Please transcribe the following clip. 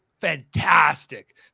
fantastic